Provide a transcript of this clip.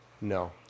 No